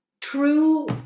true